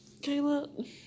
Kayla